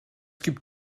gibt